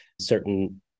certain